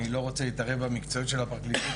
אני לא רוצה להתערב במקצועיות של הפרקליטות,